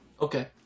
Okay